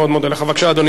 בבקשה, אדוני השר,